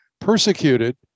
persecuted